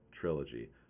trilogy